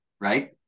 right